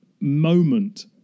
moment